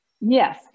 yes